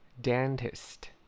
Dentist